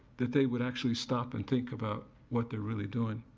that they would actually stop and think about what they're really doing.